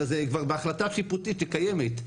אלא זה כבר בהחלטה שיפוטית שקיימת,